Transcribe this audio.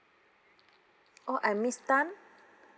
oh I'm miss tan